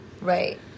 Right